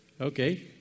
Okay